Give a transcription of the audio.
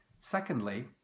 secondly